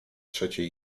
trzeciej